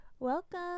Welcome